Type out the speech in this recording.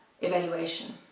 evaluation